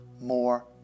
more